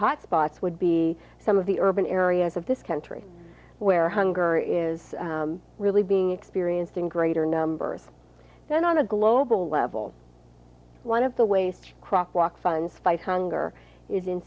hot spots would be some of the urban areas of this country where hunger is really being experienced in greater numbers than on a global level one of the ways to crack walk funds fight hunger is in